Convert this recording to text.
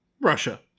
Russia